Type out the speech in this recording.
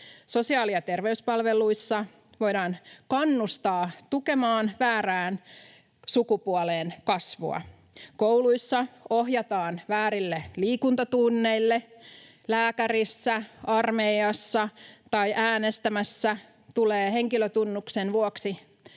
Sosiaali- ja terveyspalveluissa voidaan kannustaa tukemaan väärään sukupuoleen kasvua. Kouluissa ohjataan väärille liikuntatunneille. Lääkärissä, armeijassa tai äänestämässä tulee henkilötunnuksen vuoksi